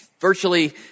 virtually